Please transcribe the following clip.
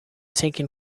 taken